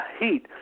heat